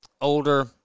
older